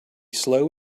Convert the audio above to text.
slow